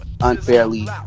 unfairly